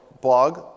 blog